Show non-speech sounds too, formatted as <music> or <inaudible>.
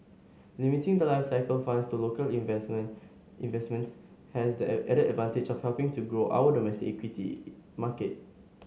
limiting the life cycle funds to local investment investments has the <hesitation> added advantage of helping to grow our domestic equity market